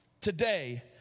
today